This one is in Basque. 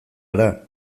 ara